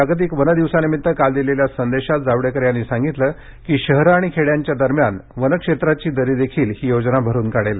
जागतिक वन दिवसानिमित्त काल दिलेल्या संदेशात जावडेकर यांनी सांगितलं की शहरं आणि खेड्यांच्या दरम्यान वनक्षेत्राची दरी देखील ही योजना भरुन काढेल